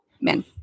men